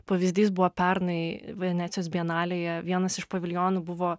pavyzdys buvo pernai venecijos bienalėje vienas iš paviljonų buvo